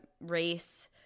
race